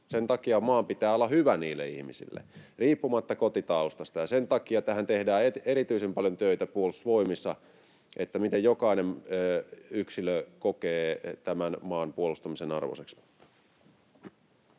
Sen takia maan pitää olla hyvä ihmisille riippumatta kotitaustasta, ja sen takia Puolustusvoimissa tehdään erityisen paljon töitä sen eteen, että jokainen yksilö kokee tämän maan puolustamisen arvoiseksi.